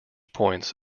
points